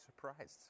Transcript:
Surprised